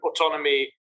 autonomy